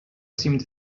seemed